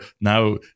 now